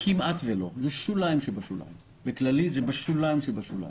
כמעט ולא, בכללית זה בשוליים שבשוליים.